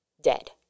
Dead